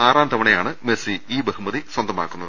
ആറാം പ്രാവ ശൃമാണ് മെസ്സി ഈ ബഹുമതി സ്വന്തമാക്കുന്നത്